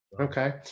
Okay